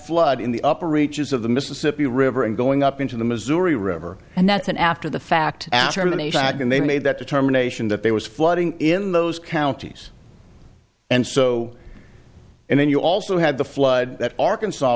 flood in the upper reaches of the mississippi river and going up into the missouri river and that's an after the fact after the nation act and they made that determination that there was flooding in those counties and so and then you also had the flood that arkansas